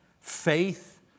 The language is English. faith